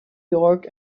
york